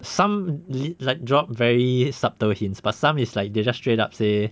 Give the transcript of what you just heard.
some really like drop very subtle hints but some is like they just straight up say